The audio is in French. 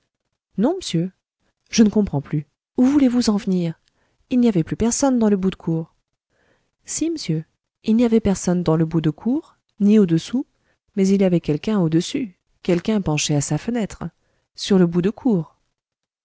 non m'sieur je ne comprends plus où voulez-vous en venir il n'y avait personne dans le bout de cour si m'sieur il n'y avait personne dans le bout de cour ni au-dessous mais il y avait quelqu'un au-dessus quelqu'un penché à sa fenêtre sur le bout de cour